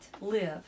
live